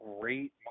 great